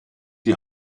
die